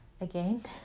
again